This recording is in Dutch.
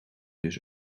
dus